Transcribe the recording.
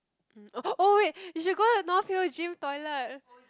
mm oh wait you should go to North Hill gym toilet